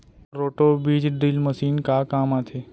Roto बीज drill machine का काम आथे?